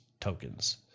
tokens